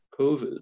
COVID